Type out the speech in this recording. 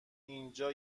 اینجا